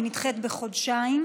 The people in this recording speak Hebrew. והיא נדחית בחודשיים.